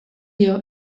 dio